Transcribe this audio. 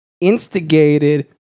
instigated